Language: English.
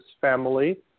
family